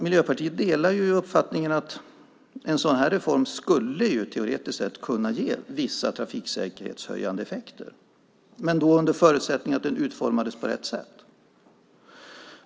Miljöpartiet delar uppfattningen att en sådan här reform teoretiskt skulle kunna ge vissa trafiksäkerhetshöjande effekter, men då under förutsättning att den utformas på rätt sätt.